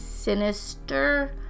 Sinister